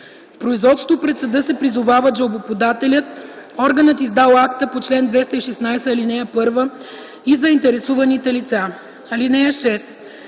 В производството пред съда се призовават жалбоподателят, органът, издал акта по чл. 216, ал. 1, и заинтересуваните лица.